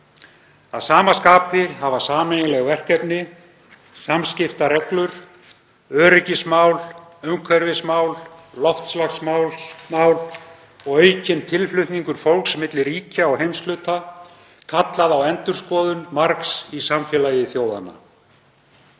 Að sama skapi hafa sameiginleg verkefni, samskiptareglur, öryggismál, umhverfismál, loftslagsmál og aukinn tilflutningur fólks milli ríkja og heimshluta kallað á endurskoðun margs í samfélagi þjóðanna.